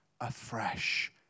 afresh